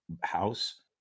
house